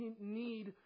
need